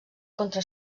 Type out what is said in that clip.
contra